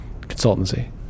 consultancy